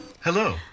Hello